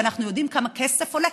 ואנחנו יודעים כמה כסף זה עולה.